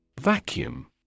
Vacuum